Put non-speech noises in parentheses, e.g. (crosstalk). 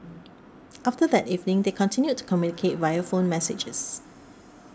(noise) after that evening they continued to communicate via phone messages